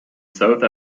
south